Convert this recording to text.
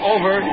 Over